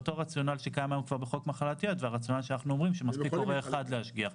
רציונל שקיים היום בחוק מחלת ילד לפיו מספיק הורה אחד להשגחה.